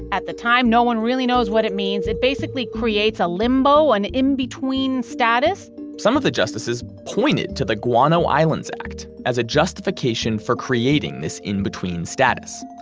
at the time no one really knows what it means. it basically creates a limbo, an in between status some of the justices pointed to the guano islands act as a justification for creating this in between status.